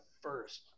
first